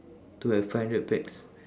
to have five hundred pax